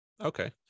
Okay